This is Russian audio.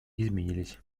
изменились